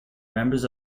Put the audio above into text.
members